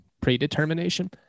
Predetermination